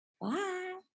Bye